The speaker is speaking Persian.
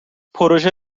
پروژه